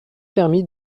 permis